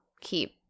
keep